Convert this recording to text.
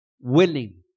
willing